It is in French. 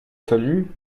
fallu